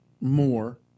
more